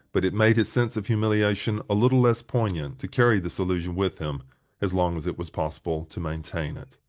but it made his sense of humiliation a little less poignant to carry this illusion with him as long as it was possible to maintain it.